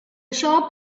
shop